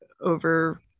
over